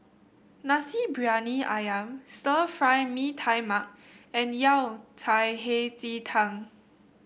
Nasi Briyani ayam Stir Fry Mee Tai Mak and Yao Cai Hei Ji Tang